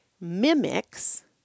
mimics